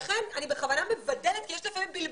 לכן אני בכוונה מבדלת, כי לפעמים יש בלבול,